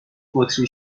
بطری